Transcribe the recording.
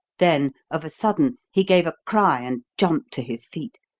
then, of a sudden, he gave a cry and jumped to his feet.